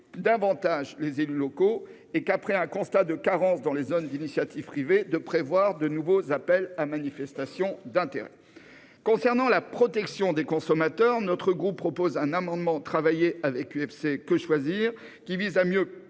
davantage les élus locaux et, après un constat de carence dans les zones d'initiative privée, de prévoir de nouveaux appels à manifestation d'intérêt. Pour la protection des consommateurs, notre groupe proposera un amendement travaillé avec l'UFC-Que Choisir visant à